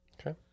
Okay